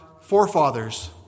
forefathers